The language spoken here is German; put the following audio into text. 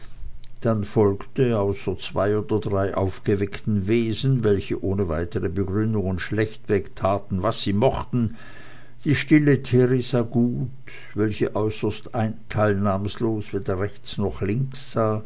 dann folgte außer zwei oder drei aufgeweckten wesen welche ohne weitere begründungen schlechtweg taten was sie mochten die stille theresa gut welche äußerst teilnahmlos weder rechts noch links sah